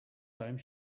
time